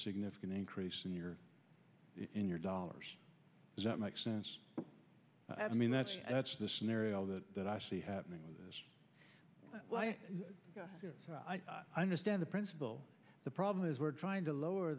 significant increase in your in your dollars does that make sense i mean that's that's the scenario that that i see happening as well i understand the principle the problem is we're trying to lower